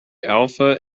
alpha